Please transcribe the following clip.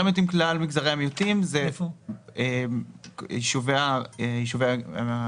כלל מגזרי המיעוטים זה יישובי המגזר הערבי.